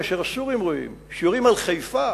כאשר הסורים רואים שיורים על חיפה